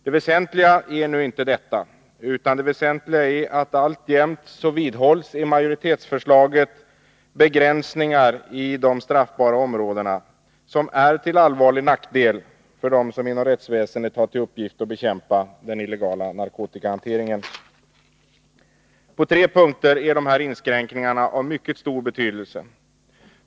Det väsentliga är nu inte detta, utan det att det i majoritetsförslaget alltjämt finns kvar begränsningar när det gäller de straffbara områdena, vilket är till allvarlig nackdel för dem som inom rättsväsendet har till uppgift att bekämpa den illegala narkotikahanteringen. På tre punkter är de här inskränkningarna av mycket stor betydelse.